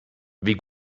wie